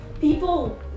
People